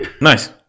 Nice